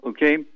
Okay